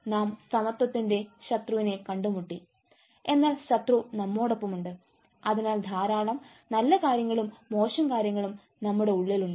നാം സമത്വത്തിന്റെ ശത്രുവിനെ കണ്ടുമുട്ടി എന്നാൽ ശത്രു നമ്മോടൊപ്പമുണ്ട് അതിനാൽ ധാരാളം നല്ല കാര്യങ്ങളും മോശം കാര്യങ്ങളും നമ്മുടെ ഉള്ളിൽ ഉണ്ട്